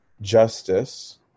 justice